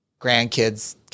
grandkids